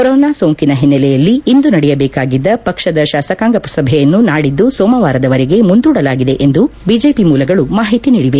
corona ಸೋಂಕಿನ ಹಿನ್ನೆಲೆಯಲ್ಲಿ ಇಂದು ನಡೆಯಬೇಕಾಗಿದ್ದ ಪಕ್ಷದ ಶಾಸಕಾಂಗ ಸಭೆಯನ್ನು ನಾಡಿದ್ದು ಸೋಮವಾರದವರೆಗೆ ಮುಂದೂಡಲಾಗಿದೆ ಎಂದು ಬಿಜೆಪಿ ಮೂಲಗಳು ಮಾಹಿತಿ ನೀಡಿವೆ